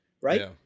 Right